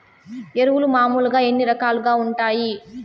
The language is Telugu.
ఎరువులు మామూలుగా ఎన్ని రకాలుగా వుంటాయి?